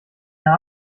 der